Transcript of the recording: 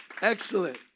Excellent